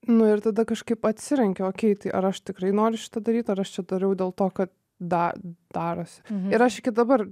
nu ir tada kažkaip atsirenki okei ar aš tikrai noriu šitą daryt ar aš čia darau dėl to kad da darosi ir aš iki dabar